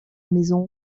maison